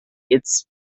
its